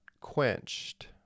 quenched